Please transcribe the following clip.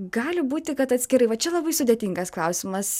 gali būti kad atskirai va čia labai sudėtingas klausimas